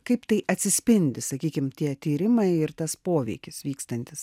kaip tai atsispindi sakykim tie tyrimai ir tas poveikis vykstantis